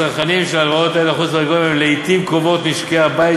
הצרכנים של ההלוואות החוץ-בנקאיות הם לעתים קרובות משקי-הבית